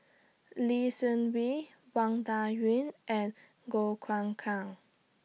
Lee Seng Wee Wang Dayuan and Goh Choon Kang